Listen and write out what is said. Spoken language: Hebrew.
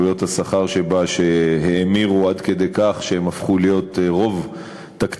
שעלויות השכר שבה האמירו עד כדי כך שהן הפכו להיות רוב תקציבה,